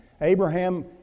Abraham